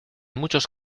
muchos